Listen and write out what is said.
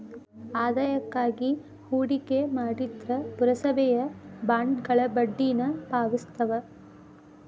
ಆದಾಯಕ್ಕಾಗಿ ಹೂಡಿಕೆ ಮಾಡ್ತಿದ್ರ ಪುರಸಭೆಯ ಬಾಂಡ್ಗಳ ಬಡ್ಡಿನ ಪಾವತಿಸ್ತವ